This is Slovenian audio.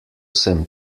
sem